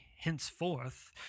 Henceforth